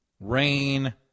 Rain